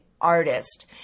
artist